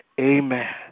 Amen